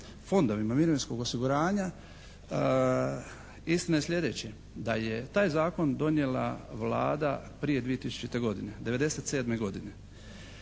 fondovima mirovinskog osiguranja istina je sljedeće da je taj Zakon donijela Vlada prije 2000. godine. '97. godine.